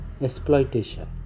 exploitation